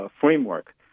framework